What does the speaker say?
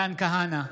מתן כהנא,